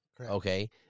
Okay